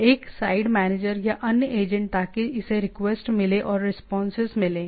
तो एक side manager या अन्य एजेंट ताकि इसे रिक्वेस्ट मिलें और रिस्पांसस मिलें